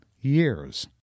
years